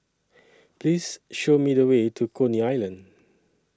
Please Show Me The Way to Coney Island